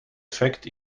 effect